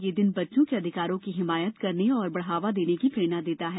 यह दिन बच्चों के अधिकारों की हिमायत करने और बढ़ावा देने की प्रेरणा देता है